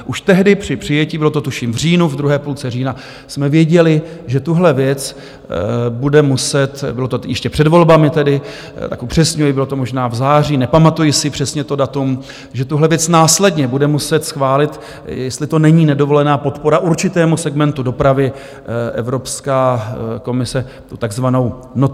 Už tehdy při přijetí, bylo to tuším v říjnu, v druhé půlce října, jsme věděli, že tuhle věc bude muset bylo to ještě před volbami tedy, tak upřesňuji, bylo to možná v září, nepamatuji si přesně to datum že tuhle věc následně bude muset schválit, jestli to není nedovolená podpora určitému segmentu dopravy, Evropská komise, tu takzvanou notifikaci.